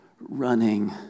running